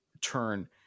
turn